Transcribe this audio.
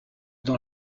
dans